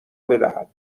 بدهد